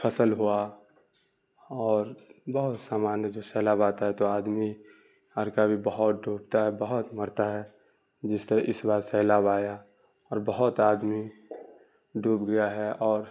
فصل ہوا اور بہت سامان ہے جب سیلاب آتا ہے تو آدمی گھر کا بھی بہت ڈوبتا ہے بہت مرتا ہے جس طرح اس بار سیلاب آیا اور بہت آدمی ڈوب گیا ہے اور